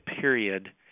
period